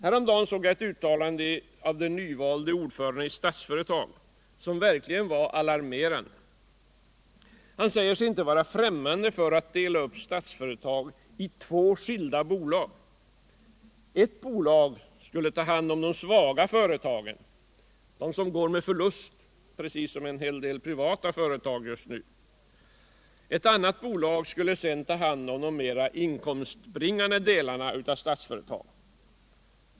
Häromdagen såg jag ett uttalande av den nyvalde ordföranden i Statsföretag. ett uttalande som verkligen var alarmerande. Han säger sig inte vara främmande för att dela upp Statsföretag i två skilda bolag. Ett bolag skulle ta hand om de svaga företagen, de som nu går med förlust precis som en del privata. Ett annat bolag skulle sedan ta hand om de mer inkomstbringande delarna av Statsföretag.